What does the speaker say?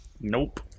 Nope